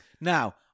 Now